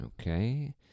Okay